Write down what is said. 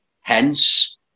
Hence